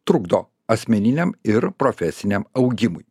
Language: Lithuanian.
trukdo asmeniniam ir profesiniam augimui